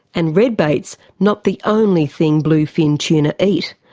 and redbait's not the only thing bluefin tuna eat.